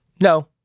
No